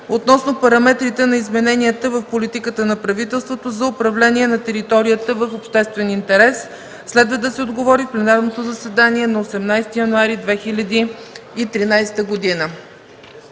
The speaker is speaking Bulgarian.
относно параметрите на измененията в политиката на правителството за управление на територията в обществен интерес, следва да се отговори в пленарното заседание на 18 януари 2013 г.